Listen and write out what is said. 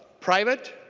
private